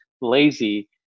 lazy